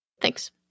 Thanks